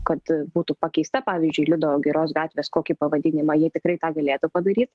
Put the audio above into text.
kad būtų pakeista pavyzdžiui liudo giros gatvės kokį pavadinimą jie tikrai tą galėtų padaryt